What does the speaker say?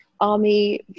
army